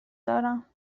دارم